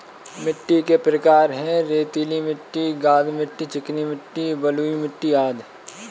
मिट्टी के प्रकार हैं, रेतीली मिट्टी, गाद मिट्टी, चिकनी मिट्टी, बलुई मिट्टी अदि